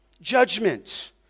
judgment